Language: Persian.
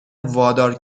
وادار